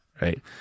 Right